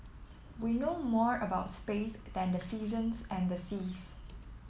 we know more about space than the seasons and the seas